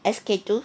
S_K two